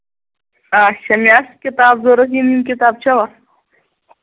اَچھا مےٚ آسہٕ کِتابہٕ ضروٗرت یِم کِتابہٕ چھَوا